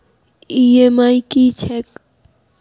EMI की छैक?